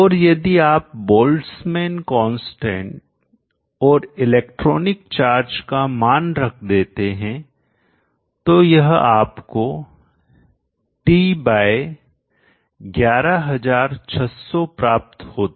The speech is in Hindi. और यदि आप बोल्ट्जमैन कांस्टेंट और इलेक्ट्रॉनिक चार्ज का मान रख देते हैं तो यह आपको T बाय 11600 प्राप्त होगा